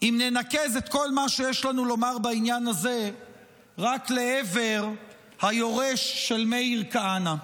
אם ננקז את כל מה שיש לנו לומר בעניין הזה רק לעבר היורש של מאיר כהנא.